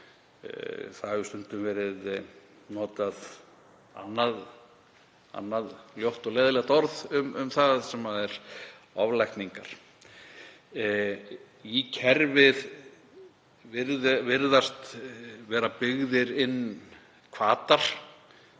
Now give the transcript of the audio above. hefur verið notað annað ljótt og leiðinlegt orð um það, orðið oflækningar. Í kerfið virðast vera byggðir inn hvatar